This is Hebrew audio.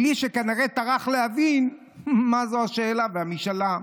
בלי שכנראה טרח להבין מה זו השאלה והמשאלה.